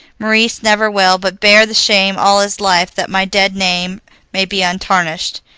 maurice never will, but bear the shame all his life that my dead name may be untarnished.